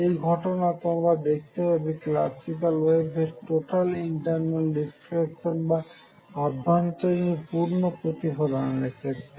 এই ঘটনা তোমরা দেখতে পাবে ক্লাসিক্যাল ওয়েভের টোটাল ইন্টার্নাল রিফ্লেকশন বা অভ্যন্তরীণ পূর্ণ প্রতিফলনের ক্ষেত্রে